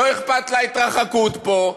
לא אכפת לה התרחקות פה,